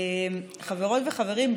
חברות וחברים,